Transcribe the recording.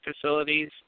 facilities